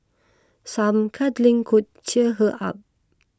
some cuddling could cheer her up